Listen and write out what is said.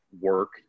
work